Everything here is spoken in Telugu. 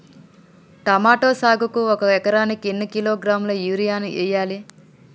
టమోటా సాగుకు ఒక ఎకరానికి ఎన్ని కిలోగ్రాముల యూరియా వెయ్యాలి?